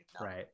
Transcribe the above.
right